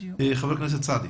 חבר הכנסת סעדי.